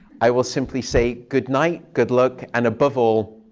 i will simply say good night, good luck, and above all,